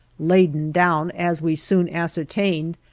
laden down, as we soon ascertained,